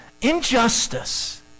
injustice